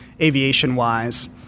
aviation-wise